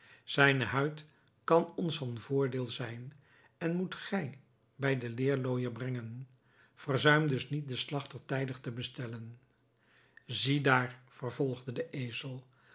zijne huid kan ons van voordeel zijn en moet gij bij den leerlooijer brengen verzuim dus niet den slager tijdig te bestellen zie daar vervolgde de ezel